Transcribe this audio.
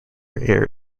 air